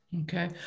Okay